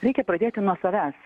reikia pradėti nuo savęs